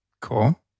Cool